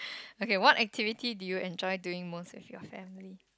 okay what activity do you enjoy doing most with your family